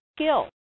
skill